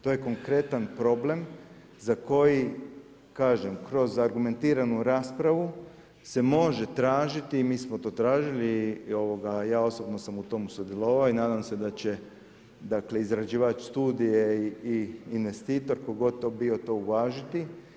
To je konkretan problem za koji kažem kroz argumentiranu raspravu se može tražiti i mi smo to tražili i ja osobno sam u tomu sudjelovao i nadam se da će, dakle izrađivač studije i investitor tko god to bio to uvažiti.